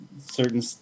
certain